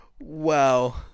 Wow